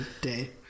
Day